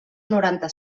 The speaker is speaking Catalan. noranta